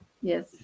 Yes